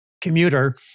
commuter